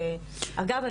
אגב,